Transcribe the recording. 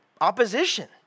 opposition